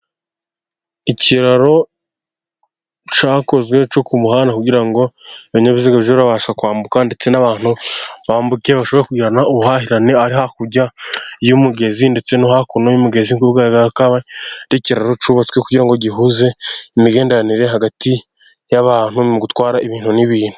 Ikiraro cyakozwe cyo ku muhanda kugira ngo ibinyabiziga bijye birabasha kwambuka, ndetse n'abantu bambuke bashobore kugirana ubuhahirane, ari hakurya y'umugezi, ndetse no hakuno y'umugezi, nk'uko bigaragara ko ari ikiraro cyubatswe kugira ngo gihuze imigenderanire hagati y'abantu, mu gutwara ibintu n'ibintu.